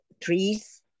trees